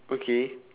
okay